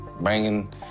bringing